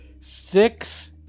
six